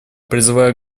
призываю